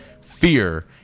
Fear